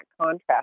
contrast